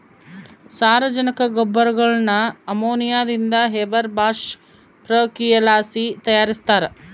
ಸಾರಜನಕ ಗೊಬ್ಬರಗುಳ್ನ ಅಮೋನಿಯಾದಿಂದ ಹೇಬರ್ ಬಾಷ್ ಪ್ರಕ್ರಿಯೆಲಾಸಿ ತಯಾರಿಸ್ತಾರ